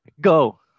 go